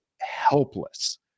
helpless